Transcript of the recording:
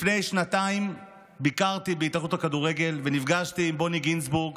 לפני שנתיים ביקרתי בהתאחדות לכדורגל ונפגשתי עם בוני גינצבורג,